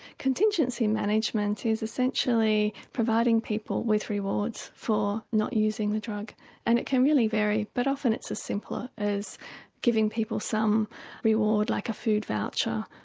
contingency management is essentially providing people with rewards for not using the drug and it can really vary but often it's as simple ah as giving people some reward like a food voucher,